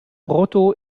brutto